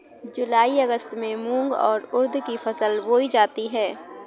जूलाई अगस्त में मूंग और उर्द की फसल बोई जाती है